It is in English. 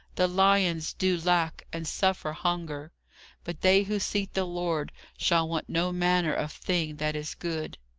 the lions do lack, and suffer hunger but they who seek the lord shall want no manner of thing that is good.